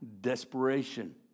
desperation